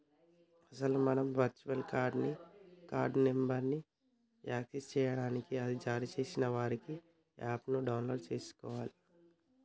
అసలు మనం virtual card ని కార్డు నెంబర్ను యాక్సెస్ చేయడానికి అది జారీ చేసే వారి యాప్ ను డౌన్లోడ్ చేసుకోవాలి